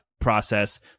process